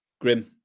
grim